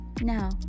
Now